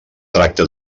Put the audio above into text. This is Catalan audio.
tracta